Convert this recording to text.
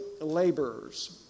laborers